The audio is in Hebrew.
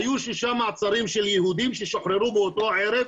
היו שישה מעצרים של יהודים ששוחררו באותו ערב,